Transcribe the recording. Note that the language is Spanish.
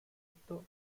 esto